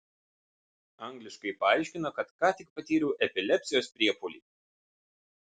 angliškai paaiškina kad ką tik patyriau epilepsijos priepuolį